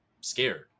scared